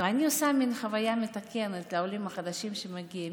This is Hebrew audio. ואני עושה מין חוויה מתקנת לעולים החדשים שמגיעים,